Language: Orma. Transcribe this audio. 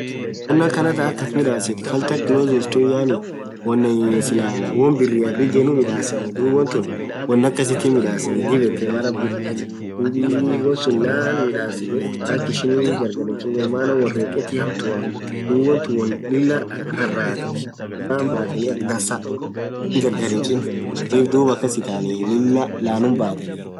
wonn akhan than akathin midhasithu cluttered closet yaani won Sila wonn biri rigeni midhasenuni dhub wonthu won akassitn midhaseni dhib yethe mara birri dhub wonsun laann midhasithe akishin gargar hinchn maan won rekheti hamtua dhub wontun won Lilah rarathi ishin laan batheni akha dhansaa akishin gargar hinchn sunif dhub akas itanii laaanum batheni